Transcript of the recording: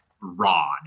rod